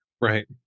Right